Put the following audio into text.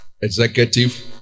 executive